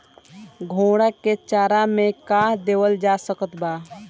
घोड़ा के चारा मे का देवल जा सकत बा?